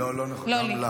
לא, לא נכון, גם לך.